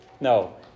No